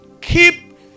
keep